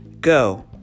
Go